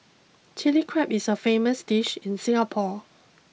chilli crab is a famous dish in Singapore